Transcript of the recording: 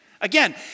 Again